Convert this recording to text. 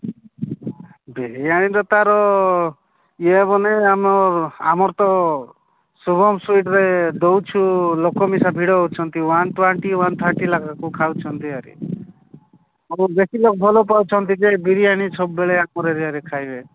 ବିରିୟାନୀର ତାର ଇଏ ହେବନି ଆମ ଆମର ତ ଶୁଭମ ସୁଇଟରେ ଦଉଛୁ ଲୋକ ମିଶା ଭିଡ଼ ହଉଛନ୍ତି ୱାନ୍ ଟ୍ୱାଣ୍ଟି ୱାନ୍ ଥାର୍ଟି ଲଗାକୁ ଖାଉଛନ୍ତି ଆଉରି ବେଶୀ ଲୋକ୍ ଭଲ ପାଉଛନ୍ତି ଯେ ବିରିୟାନୀ ସବୁବେଳେ ଆମର ଏରିଆରେ ଖାଇବେ